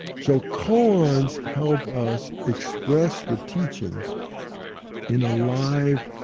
so koans help us express the teachings in a live,